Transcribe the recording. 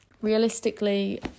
realistically